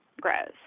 grows